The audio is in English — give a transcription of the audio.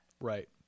Right